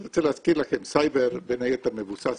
אני רוצה להזכיר לכם, סייבר בין היתר מבוסס